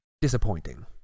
disappointing